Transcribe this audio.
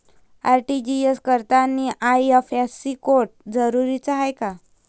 RTGS करतांनी IFSC code जरुरीचा हाय का?